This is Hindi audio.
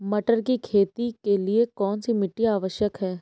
मटर की खेती के लिए कौन सी मिट्टी आवश्यक है?